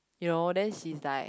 you know then she is like